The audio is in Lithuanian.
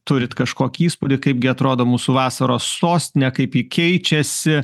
turit kažkokį įspūdį kaipgi atrodo mūsų vasaros sostinė kaip ji keičiasi